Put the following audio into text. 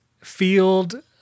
field